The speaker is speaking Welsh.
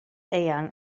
eang